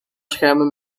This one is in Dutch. schermen